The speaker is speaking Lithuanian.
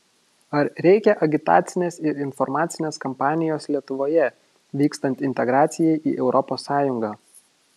ar reikia agitacinės ir informacinės kampanijos lietuvoje vykstant integracijai į europos sąjungą